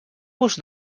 vos